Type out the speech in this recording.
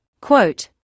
Quote